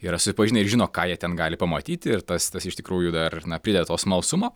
yra susipažinę ir žino ką jie ten gali pamatyti ir tas tas iš tikrųjų dar na prideda to smalsumo